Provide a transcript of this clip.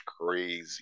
crazy